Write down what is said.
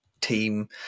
team